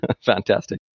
fantastic